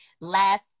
last